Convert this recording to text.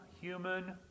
human